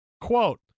quote